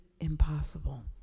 impossible